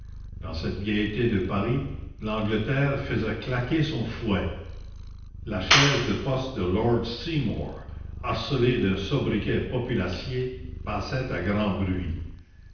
dans cette gaîté de paris l'angleterre faisait claquer son fouet la chaise de poste de lord seymour harcelée d'un sobriquet populacier passait à grand bruit